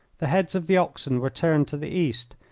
the heads of the oxen were turned to the east,